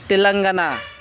Telangana